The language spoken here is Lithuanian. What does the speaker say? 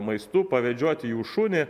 maistu pavedžioti jų šunį